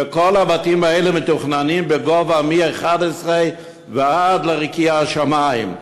וכל הבתים האלה מתוכננים בגובה מ-11 קומות ועד לרקיע השמים.